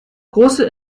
große